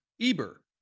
Eber